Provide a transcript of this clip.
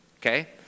okay